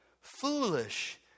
foolish